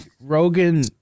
Rogan